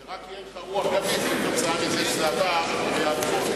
שרק תהיה לך רוח גבית משום שזה עבר בקריאה טרומית.